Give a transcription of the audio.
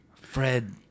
Fred